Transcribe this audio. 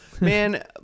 Man